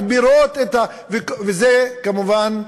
וזה, כמובן,